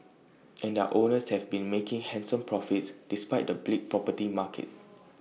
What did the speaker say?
and their owners have been making handsome profits despite the bleak property market